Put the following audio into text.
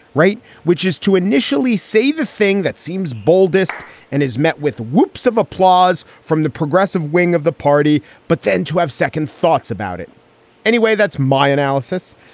right. which is to initially say the thing that seems boldest and is met with woops of applause from the progressive wing of the party. but then to have second thoughts about it anyway, that's my analysis.